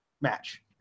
match